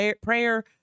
prayer